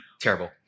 terrible